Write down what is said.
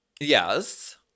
Yes